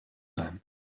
sein